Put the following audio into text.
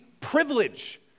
privilege